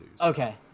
Okay